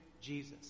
Jesus